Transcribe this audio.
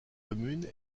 communes